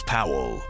Powell